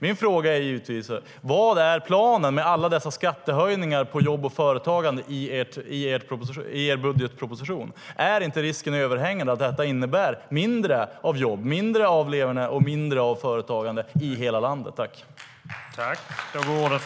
Mina frågor är givetvis: Vad är planen med alla dessa skattehöjningar på jobb och företagande i er budgetproposition? Är inte risken överhängande att detta innebär mindre av jobb, mindre av leverne och mindre av företagande i hela landet?